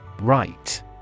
Right